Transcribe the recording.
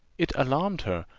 it alarmed her,